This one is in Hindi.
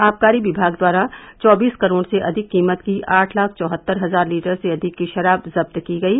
आबकारी विभाग द्वारा चौबीस करोड़ से अधिक कीमत की आठ लाख चौहत्तर हजार लीटर से अधिक की शराब जब्त की गयी